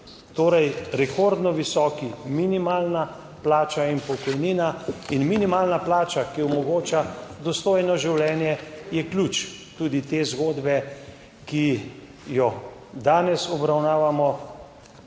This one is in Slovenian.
Torej rekordno visoki minimalna plača in pokojnina in minimalna plača, ki omogoča dostojno življenje, je ključ tudi te zgodbe, ki jo danes obravnavamo.